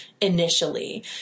initially